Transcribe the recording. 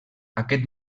aquest